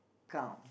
count